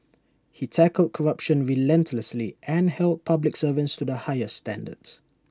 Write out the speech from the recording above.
he tackled corruption relentlessly and held public servants to the highest standards